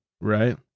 Right